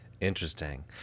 interesting